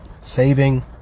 saving